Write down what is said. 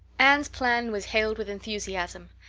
anne's plan was hailed with enthusiasm.